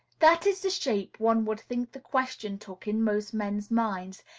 that is the shape one would think the question took in most men's minds,